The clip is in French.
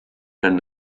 pleine